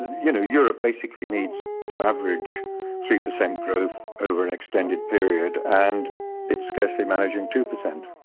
you know europe basically needs to average three percent growth over an extended period and it's scarcely managing two percent.